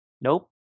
Nope